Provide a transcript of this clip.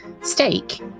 steak